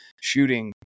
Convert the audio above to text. shooting